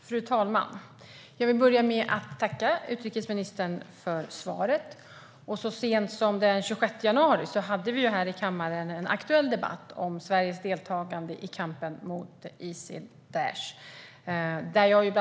Fru talman! Jag vill börja med att tacka utrikesministern för svaret. Så sent som den 26 januari hade vi här i kammaren en aktuell debatt om Sveriges deltagande i kampen mot Isil/Daish.